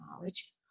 knowledge